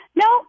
no